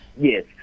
Yes